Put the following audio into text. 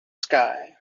sky